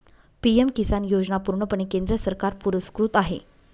PM Kisan योजना पूर्णपणे केंद्र सरकार पुरस्कृत आहे